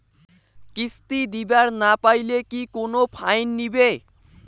কিস্তি দিবার না পাইলে কি কোনো ফাইন নিবে?